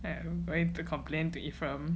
I am going to complain to efrem